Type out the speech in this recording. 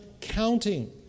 counting